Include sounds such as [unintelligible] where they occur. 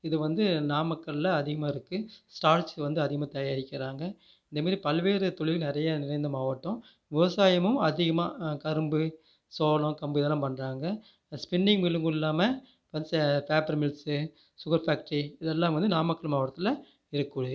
இது வந்து நாமக்கலில் அதிகமாக இருக்குது ஸ்டால்ச் வந்து அதிகமாக தயாரிக்கிறாங்க இந்த மாரி பல்வேறு தொழில் நிறையா நிறைந்த மாவட்டம் விவசாயமும் அதிகமாக கரும்பு சோளம் கம்பு இதெல்லாம் பண்ணுறாங்க ஸ்பின்னிங் மில்லு கூடும் இல்லாமல் [unintelligible] பேப்பரு மில்ஸு சுகர் ஃபேக்ட்ரி இதெல்லாம் வந்து நாமக்கல் மாவட்டத்தில் இருக்ககூடிய